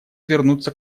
вернуться